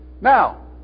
Now